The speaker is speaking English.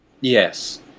Yes